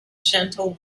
gentle